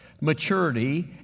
Maturity